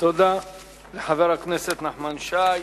תודה לחבר הכנסת נחמן שי.